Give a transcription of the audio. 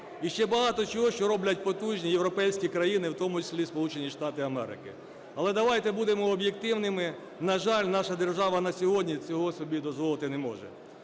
І ще багато чого, що роблять потужні європейські країни, в тому числі і Сполучені Штати Америки. Але давайте будемо об'єктивними. На жаль, наша держава на сьогодні цього собі дозволити не може.